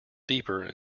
deeper